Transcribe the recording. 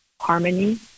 harmony